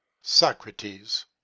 Socrates